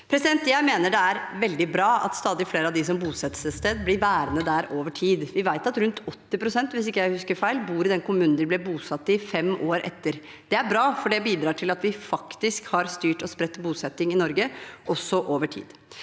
Jeg mener det er veldig bra at stadig flere av dem som bosettes et sted, blir værende der over tid. Vi vet at rundt 80 pst. – hvis jeg ikke husker feil – bor i den kommunen de ble bosatt i, fem år etter. Det er bra, for det bidrar til at vi faktisk har styrt og spredt bosetting i Norge, også over tid.